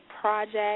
project